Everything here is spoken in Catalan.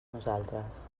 nosaltres